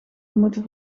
moeten